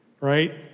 right